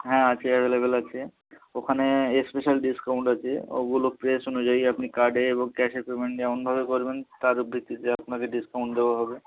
হ্যাঁ আছে অ্যাভেলেবেল আছে ওখানে স্পেশাল ডিসকাউন্ট আছে ওগুলো প্রেস অনুযায়ী আপনি কার্ডে এবং ক্যাশে পেমেন্ট নিয়ে এমনভাবে করবেন তার ভিত্তিতে আপনাকে ডিসকাউন্ট দেওয়া হবে